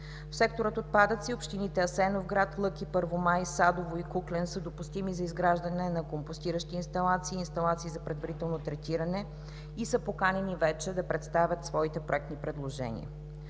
В сектора „Отпадъци“ общините Асеновград, Лъки, Първомай, Садово и Куклен са допустими за изграждане на компостираща инсталация и инсталация за предварително третиране и са поканени вече да представят своите проектни предложения.